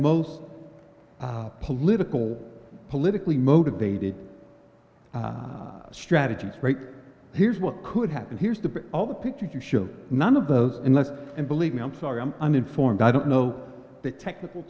most political politically motivated strategies here's what could happen here's the all the pictures you show none of those unless and believe me i'm sorry i'm uninformed i don't know the technical